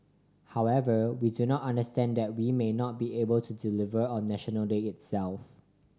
however we do not understand that we may not be able to deliver on National Day itself